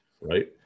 right